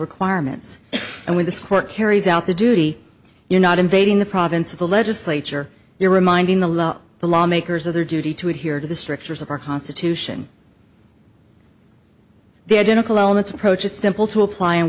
requirements and when this court carries out the duty you're not invading the province of the legislature you're reminding the law the law makers of their duty to adhere to the strictures of our constitution the identical elements approach is simple to apply and